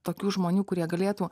tokių žmonių kurie galėtų